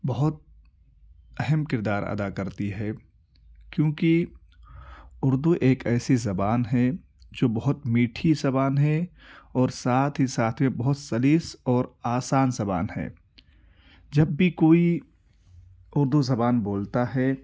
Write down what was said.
بہت اہم کردار ادا کرتی ہے کیونکہ اردو ایک ایسی زبان ہے جو بہت میٹھی زبان ہے اور ساتھ ہی ساتھ میں بہت سلییس اور آسان زبان ہے جب بھی کوئی اردو زبان بولتا ہے